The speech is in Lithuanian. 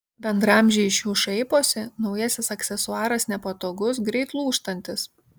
bendraamžiai iš jų šaiposi naujasis aksesuaras nepatogus greit lūžtantis